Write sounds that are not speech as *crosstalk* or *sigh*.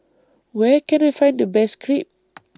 Where Can I Find The Best Crepe *noise*